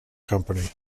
company